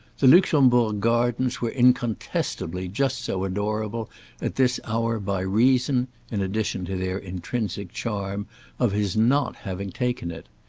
the luxembourg gardens were incontestably just so adorable at this hour by reason in addition to their intrinsic charm of his not having taken it.